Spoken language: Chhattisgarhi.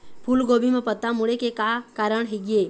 फूलगोभी म पत्ता मुड़े के का कारण ये?